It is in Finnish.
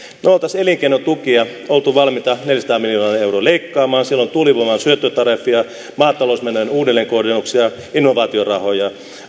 me olisimme elinkeinotukia olleet valmiita neljäsataa miljoonaa euroa leikkaamaan siellä on tuulivoiman syöttötariffia maatalousmenojen uudelleenkohdennuksia innovaatiorahoja